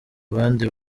abandi